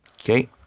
Okay